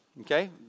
Okay